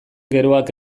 geroak